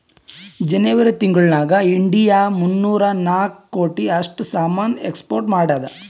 ಜನೆವರಿ ತಿಂಗುಳ್ ನಾಗ್ ಇಂಡಿಯಾ ಮೂನ್ನೂರಾ ನಾಕ್ ಕೋಟಿ ಅಷ್ಟ್ ಸಾಮಾನ್ ಎಕ್ಸ್ಪೋರ್ಟ್ ಮಾಡ್ಯಾದ್